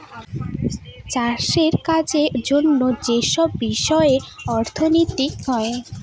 চাষের কাজের জন্য যেসব বিষয়ে অর্থনীতি হয়